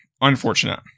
Unfortunate